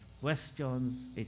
questions